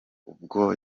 ubwo